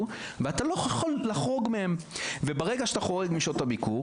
ואתה לא יכול לחרוג מהן וברגע שאתה חורג משעות הביקור,